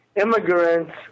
immigrants